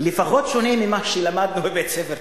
לפחות שונה ממה שלמדנו בבית-ספר תיכון,